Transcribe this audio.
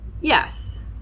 Yes